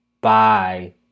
Bye